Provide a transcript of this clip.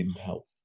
help